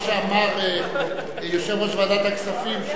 כפי שאמר יושב-ראש ועדת הכספים,